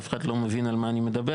אף אחד לא מבין על מה אני מדבר,